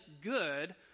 good